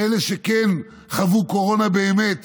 ואלה שכן חוו קורונה באמת